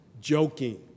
joking